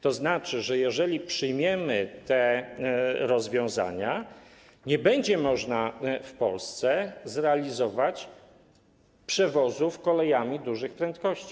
To znaczy, że jeżeli przyjmiemy te rozwiązania, to nie będzie można w Polsce zrealizować przewozów kolejami dużych prędkości.